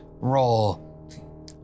roll